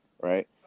right